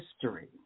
history